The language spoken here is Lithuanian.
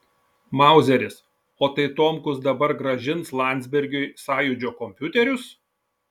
mauzeris o tai tomkus dabar grąžins landsbergiui sąjūdžio kompiuterius